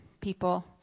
people